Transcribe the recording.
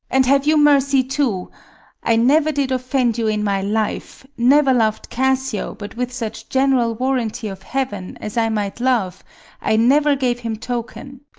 and have you mercy too i never did offend you in my life never lov'd cassio but with such general warranty of heaven as i might love i never gave him token.